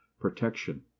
protection